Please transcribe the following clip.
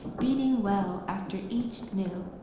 beating well after each new.